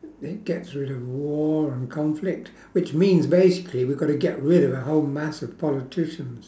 it gets rid of war and conflict which means basically we got to get rid a whole mass of politicians